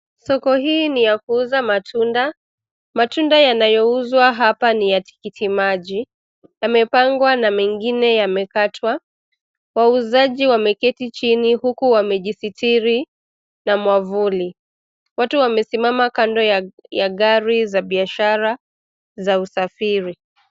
Soko hii ni la kuuza matunda. Matunda yanayouzwa hapa ni ya tikiti maji. Yamepangwa na mengine yamekatwa. Wauzaji wameketi chini huku wamejisitiri na mwavuli. Watu wamesimama kando ya gari za biashara za usafiri.